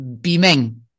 beaming